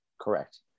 correct